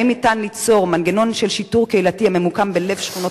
האם ניתן ליצור מנגנון של שיטור קהילתי הממוקם בלב שכונות